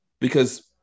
Because-